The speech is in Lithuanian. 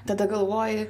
tada galvoji